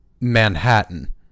Manhattan